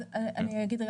אז אני אגיד,